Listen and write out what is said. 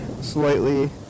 slightly